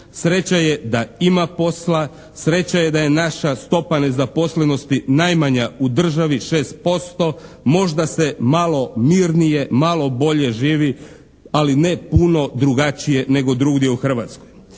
Sreća je da ima posla, sreća je da je naša stopa nezaposlenosti najmanja u državi 6%. Možda se malo mirnije, malo bolje živi ali ne puno drugačije nego drugdje u Hrvatskoj.